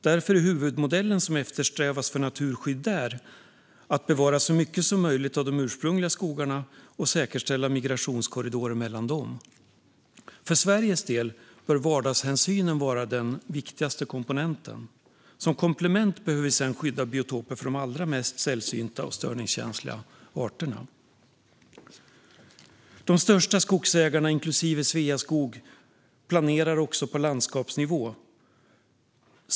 Därför är huvudmodellen som eftersträvas för naturskydd där att bevara så mycket som möjligt av de ursprungliga skogarna och säkerställa migrationskorridorer mellan dem. För Sveriges del bör vardagshänsynen vara den viktigaste komponenten. Som komplement behöver vi sedan skydda biotoper för de allra mest sällsynta och störningskänsliga arterna. De största skogsägarna, inklusive Sveaskog, planerar också på landskapsnivå.